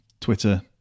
Twitter